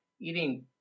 eating